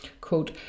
Quote